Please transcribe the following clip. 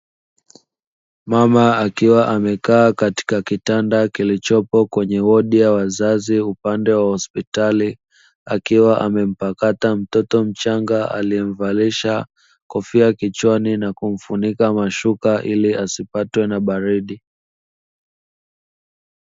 Mama akiwa amekaa katika kitanda kilichopo kwenye wodi ya wazazi upande wa hospitali. Akiwa amempakata mtoto mchanga aliyemvalisha kofia kichwani na kumfunika mashuka ili asipatwe na baridi.